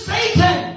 Satan